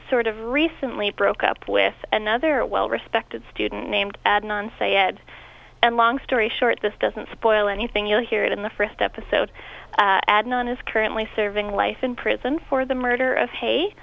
sort of recently broke up with another well respected student named adnan say ed and long story short this doesn't spoil anything you'll hear it in the first episode adnan is currently serving life in prison for the murder of h